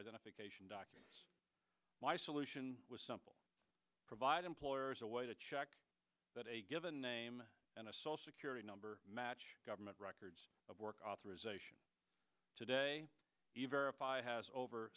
identification documents my solution was simple provide employers a way to check that a given name and a social security number match government records of work authorization today